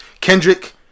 Kendrick